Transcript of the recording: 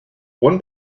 one